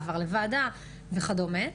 עבר לוועדה וכדומה.